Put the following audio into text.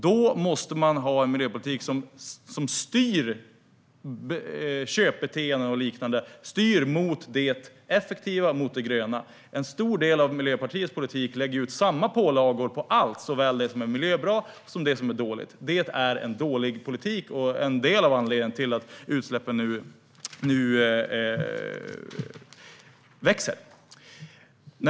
Man måste ha en miljöpolitik som styr köpbeteenden och liknande mot det effektiva och det gröna. En stor del av Miljöpartiets politik lägger samma pålagor på allt, såväl det som är miljöbra som det som är dåligt. Det är dålig politik och en del av anledningen till att utsläppen nu växer.